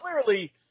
clearly